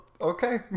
Okay